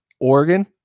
Oregon